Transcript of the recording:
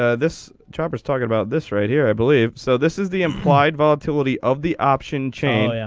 ah this jobs talk about this right here i believe so this is the implied volatility of the option chain. yeah